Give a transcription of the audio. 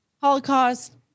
Holocaust